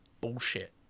bullshit